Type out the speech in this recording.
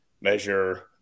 measure